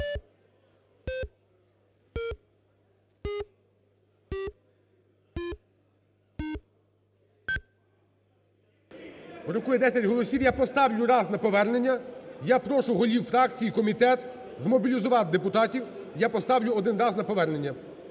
десять голосів, я поставлю раз на повернення. Я прошу голів фракції і комітет змобілізувати депутатів, я поставлю один раз на повернення.